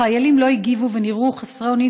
החיילים לא הגיבו ונראו חסרי אונים,